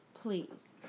Please